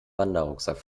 wanderrucksack